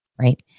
right